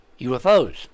UFOs